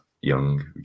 Young